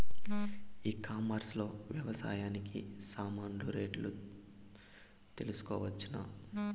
ఈ కామర్స్ లో వ్యవసాయానికి సామాన్లు రేట్లు తెలుసుకోవచ్చునా?